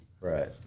Right